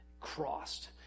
crossed